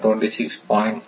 80 ஆனது 26